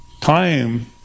time